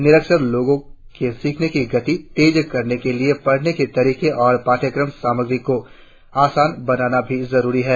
निरक्षर लोगो के सीखने की गति तेज करने के लिए पढ़ाने के तरीके और पाठ्य सामग्री को आसान बनाना भी जरुरी है